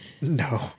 No